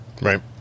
Right